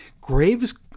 Graves